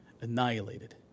annihilated